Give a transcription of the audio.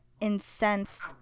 incensed